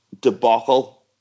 debacle